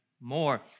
more